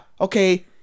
okay